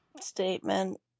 statement